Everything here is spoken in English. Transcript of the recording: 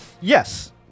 Yes